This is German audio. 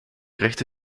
rechte